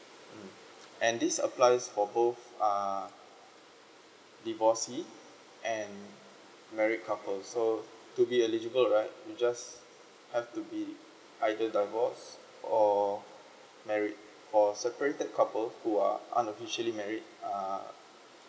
um and this applies for both uh divorcee and married couples so to be eligible right you just have to be either divorce or married for separated couple who are unofficially married uh